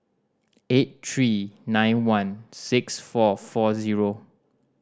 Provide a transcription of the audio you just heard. eight three nine one six four four zero